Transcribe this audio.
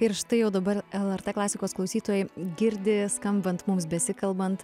ir štai jau dabar lrt klasikos klausytojai girdi skambant mums besikalbant